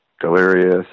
delirious